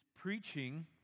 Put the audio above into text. preaching